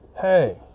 hey